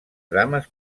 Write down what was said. drames